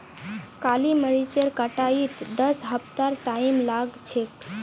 काली मरीचेर कटाईत दस हफ्तार टाइम लाग छेक